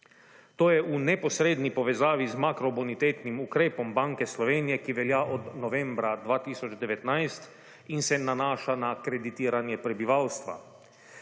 To je v neposredni povezavi z makrobonitetnim ukrepom Banke Slovenije, ki velja od novembra 2019 in se nanaša na kreditiranje prebivalstva.